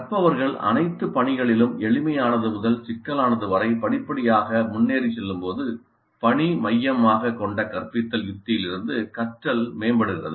கற்பவர்கள் அனைத்துப்பணிகளிலும் எளிமையானது முதல் சிக்கலானது வரை படிப்படியாக முன்னேறி செல்லும் போது பணி மையமாகக் கொண்ட கற்பித்தல் யுக்தியிலிருந்து கற்றல் மேம்படுகிறது